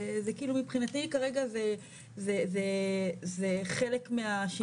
מבחינתי כרגע זה חלק מהשינוי.